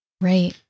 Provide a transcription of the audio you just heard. Right